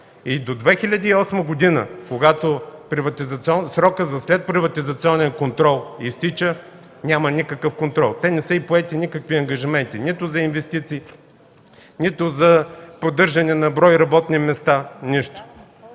И до 2008 г., когато срокът за следприватизационен контрол изтича, няма никакъв контрол. Не са поети никакви ангажименти нито за инвестиции, нито за поддържане на броя на работни места, нищо.